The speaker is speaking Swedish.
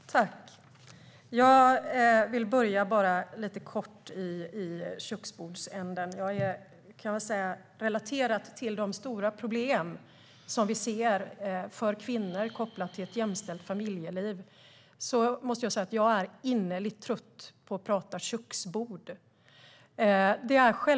Fru talman! Jag vill börja lite kortfattat i köksbordsänden. Relaterat till de stora problem vi ser för kvinnor kopplat till ett jämställt familjeliv måste jag säga att jag är innerligt trött på att prata köksbord.